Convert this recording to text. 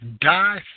Die